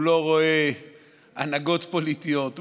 הוא לא רואה הנהגות פוליטיות,